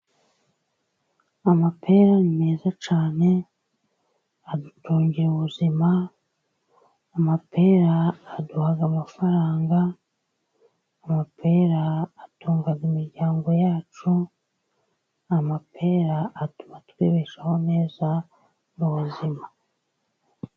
Amapera ni meza cyane yongera ubuzima, amapera aduha amafaranga, amapera atunga imiryango yacu, amapera atuma twibeshaho neza mu buzima.